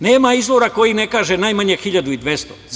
Nema izvora koji ne kaže – najmanje 1.200.000.